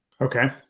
Okay